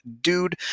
dude